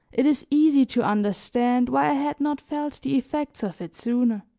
it is easy to understand why i had not felt the effects of it sooner.